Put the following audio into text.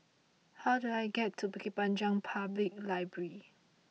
how do I get to Bukit Panjang Public Library